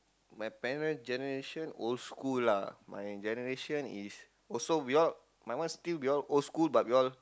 my parent generation old school lah my generation is also we all my one still we all old school but we all